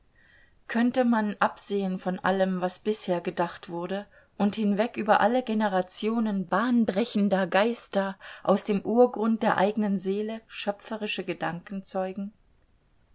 könnte man absehen von allem was bisher gedacht wurde und hinweg über alle generationen bahnbrechender geister aus dem urgrund der eigenen seele schöpferische gedanken zeugen